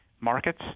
markets